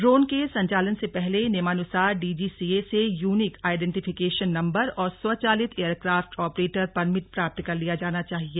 drone के संचालन से पहले नियमानुसार डीजीसीए से यूनिक आईडेंटीफिकेशन नम्बर और स्वचालित एयरक्राफ्ट ऑपरेटर परमिट प्राप्त कर लिया जाना चाहिए